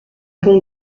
bon